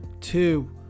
Two